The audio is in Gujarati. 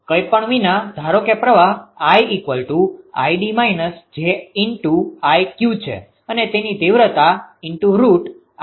કંઈપણ વિના ધારો કે પ્રવાહ I𝑖𝑑−𝑗𝑖𝑞 છે અને તેની તીવ્રતા છે